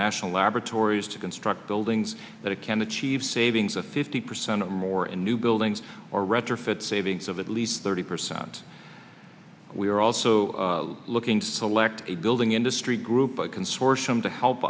national laboratories to construct buildings that can achieve savings of fifty percent or more in new buildings or retrofit savings of at least thirty percent we are also looking to select a building industry group a consortium to help